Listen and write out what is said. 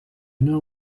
know